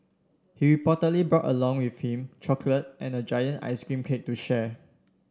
he reportedly brought along with him chocolate and a giant ice cream cake to share